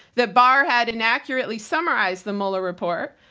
that barr had inaccurately summarized the mueller report,